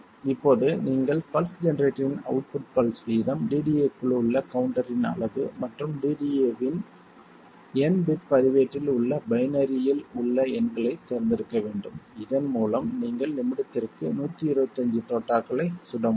இப்போது நீங்கள் பல்ஸ் ஜெனரேட்டரின் அவுட்புட்பல்ஸ் வீதம் DDA க்குள் உள்ள கவுண்டரின் அளவு மற்றும் DDA இன் n பிட் பதிவேட்டில் உள்ள பைனரியில் உள்ள எண்களைத் தேர்ந்தெடுக்க வேண்டும் இதன் மூலம் நீங்கள் நிமிடத்திற்கு 125 தோட்டாக்களை சுட முடியும்